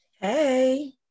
hey